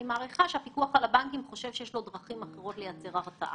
אני מעריכה שהפיקוח על הבנקים חושב שיש לו דרכים אחרות לייצר הרתעה.